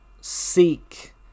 seek